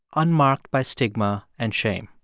unmarked by stigma and shame.